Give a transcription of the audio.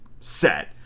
set